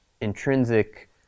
intrinsic